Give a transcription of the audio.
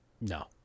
No